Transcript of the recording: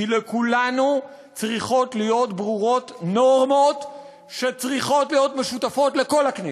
כי לכולנו צריכות להיות ברורות נורמות שצריכות להיות משותפות לכל הכנסת: